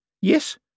Yes